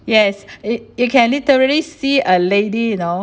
yes it you can literally see a lady you know